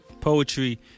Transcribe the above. Poetry